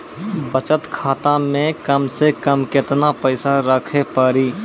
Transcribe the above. बचत खाता मे कम से कम केतना पैसा रखे पड़ी?